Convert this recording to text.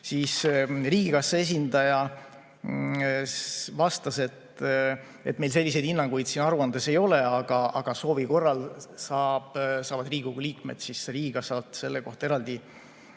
Riigikassa esindaja vastas, et meil selliseid hinnanguid siin aruandes ei ole, aga soovi korral saavad Riigikogu liikmed riigikassalt selle kohta eraldi